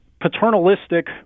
paternalistic